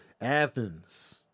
Athens